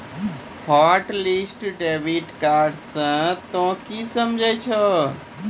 hotlist debit card से तोंय की समझे छौं